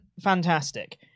fantastic